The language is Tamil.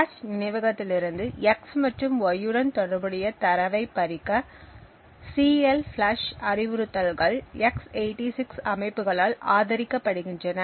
கேச் நினைவகத்திலிருந்து x மற்றும் y உடன் தொடர்புடைய தரவைப் பறிக்க சிஎல்பிளஷ் அறிவுறுத்தல்கள் x86 அமைப்புகளால் ஆதரிக்கப்படுகின்றன